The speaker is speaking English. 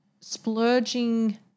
splurging